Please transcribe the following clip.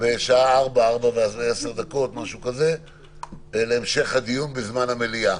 בשעה ארבע ועשר דקות להמשך הדיון בזמן המליאה.